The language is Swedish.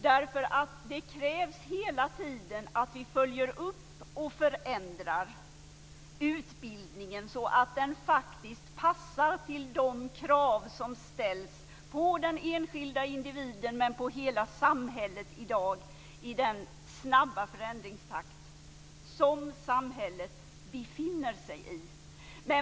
Det krävs nämligen hela tiden att vi följer upp och förändrar utbildningen så att den faktiskt passar till de krav som ställs på den enskilda individen och på hela samhället i dag i den snabba förändringstakt som samhället befinner sig i.